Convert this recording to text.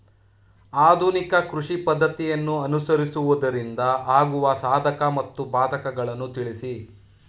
ಆಧುನಿಕ ಕೃಷಿ ಪದ್ದತಿಯನ್ನು ಅನುಸರಿಸುವುದರಿಂದ ಆಗುವ ಸಾಧಕ ಮತ್ತು ಬಾಧಕಗಳನ್ನು ತಿಳಿಸಿ?